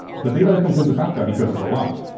the data that comes into kafka, because there's a lot,